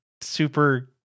super